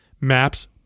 Maps